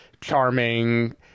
charming